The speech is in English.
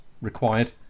required